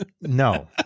No